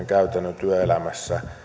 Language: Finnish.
käytännön työelämässä